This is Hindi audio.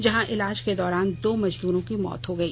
जहां इलाज के दौरान दो मजदूरों की मौत हो गयी